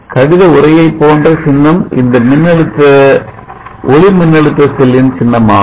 கடித உறையை போன்ற சின்னம் இந்த ஒளிமின்னழுத்த செல்லின் சின்னமாகும்